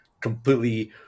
completely